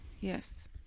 yes